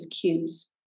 cues